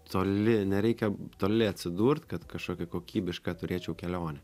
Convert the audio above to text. toli nereikia toli atsidurt kad kažkokią kokybišką turėčiau kelionę